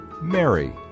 Mary